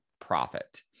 profit